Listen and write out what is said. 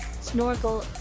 Snorkel